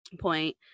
point